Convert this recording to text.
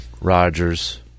Rodgers